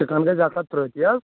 chicken گَژھِ اکھ ہتھ ترٕٛہ تی حظ